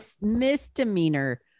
misdemeanor